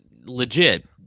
legit